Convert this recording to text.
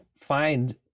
find